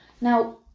Now